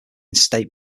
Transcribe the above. state